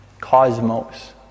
Cosmos